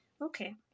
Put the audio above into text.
Okay